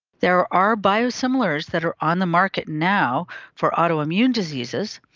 there are biosimilars that are on the market now for autoimmune diseases,